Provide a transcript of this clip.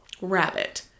rabbit